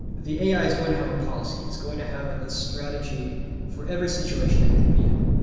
the ai is going to have a policy. it's going to have a strategy for every situation that it could be in.